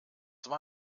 war